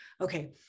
okay